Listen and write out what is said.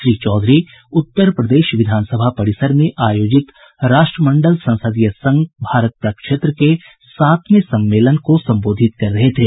श्री चौधरी उत्तर प्रदेश विधान सभा परिसर में आयोजित राष्ट्रमंडल संसदीय संघ भारत प्रक्षेत्र के सातवें सम्मेलन को संबोधित कर रहे थे